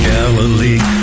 Galilee